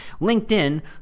LinkedIn